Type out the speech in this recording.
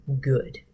good